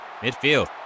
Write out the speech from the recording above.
Midfield